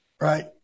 right